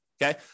Okay